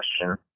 question